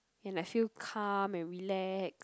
and I feel calm and relax